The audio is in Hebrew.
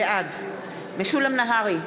בעד משולם נהרי,